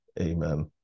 Amen